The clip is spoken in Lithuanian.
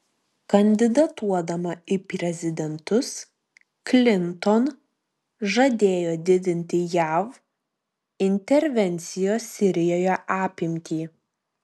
kandidatuodama į prezidentus klinton žadėjo didinti jav intervencijos sirijoje apimtį